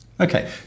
Okay